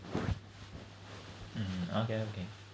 mm okay okay